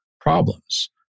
problems